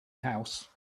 house